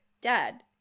dad